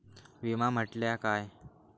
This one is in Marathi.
विमा म्हटल्या काय?